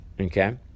okay